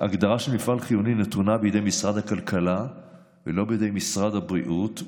נתונה בידי משרד הכלכלה ולא בידי משרד הבריאות,